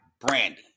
Brandy